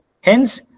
Hence